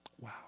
Wow